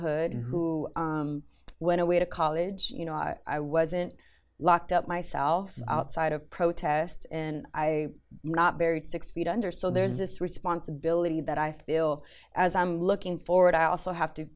hood who went away to college you know i wasn't locked up myself outside of protests and i not buried six feet under so there's this responsibility that i feel as i'm looking forward i also have to